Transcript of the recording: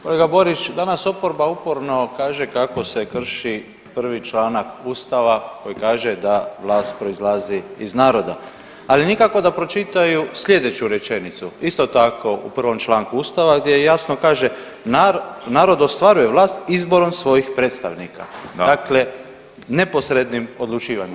Kolega Borić, danas oporba uporno kaže kako se krši prvi članak ustava koji kaže da vlast proizlazi iz naroda, ali nikako da pročitaju slijedeću rečenicu isto tako u prvom članku ustava gdje jasno kaže, narod ostvaruje vlast izborom svojih predstavnika, dakle neposrednim odlučivanjem.